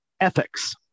ethics